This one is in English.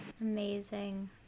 amazing